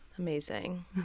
Amazing